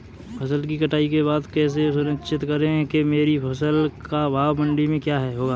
फसल की कटाई के बाद कैसे सुनिश्चित करें कि मेरी फसल का भाव मंडी में क्या होगा?